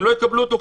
הם לא יקבלו אותו,